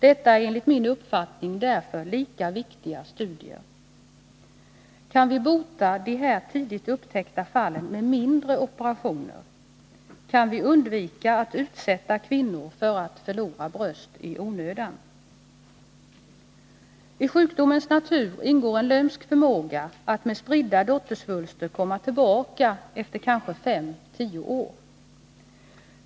Det är enligt min uppfattning därför lika viktiga studier. Kan vi bota de här tidigt upptäckta fallen med mindre operationer? Kan vi undvika att utsätta kvinnor för att förlora bröst i onödan? I sjukdomens karaktär ingår en lömsk förmåga att med spridda dotter svulster komma tillbaka efter kanske fem tio år.